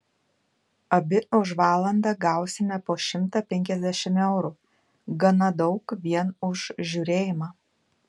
abi už valandą gausime po šimtą penkiasdešimt eurų gana daug vien už žiūrėjimą